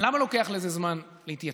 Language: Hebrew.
למה לוקח לזה זמן להתייצב?